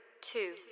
two